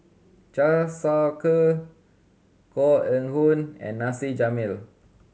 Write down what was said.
Siew Shaw Her Koh Eng Hoon and Nasir Jalil